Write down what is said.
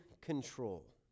control